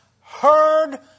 heard